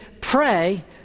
pray